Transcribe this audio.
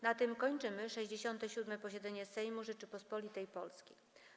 Na tym kończymy 67. posiedzenie Sejmu Rzeczypospolitej Polskiej.